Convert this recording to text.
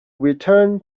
return